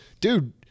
dude